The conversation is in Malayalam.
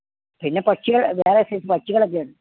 പിന്നെ പക്ഷികൾ വേറെ സൈസ്സ് പക്ഷികൾ ഒക്കെയുണ്ട്